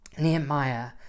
Nehemiah